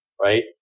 right